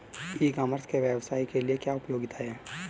ई commerce के व्यवसाय के लिए क्या उपयोगिता है?